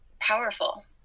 powerful